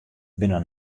binne